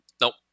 Nope